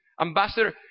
Ambassador